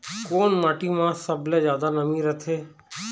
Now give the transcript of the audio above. कोन माटी म सबले जादा नमी रथे?